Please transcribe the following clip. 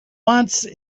wants